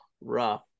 rough